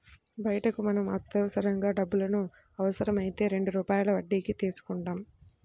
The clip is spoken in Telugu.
బయట మనకు అత్యవసరంగా డబ్బులు అవసరమైతే రెండు రూపాయల వడ్డీకి తీసుకుంటాం